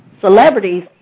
celebrities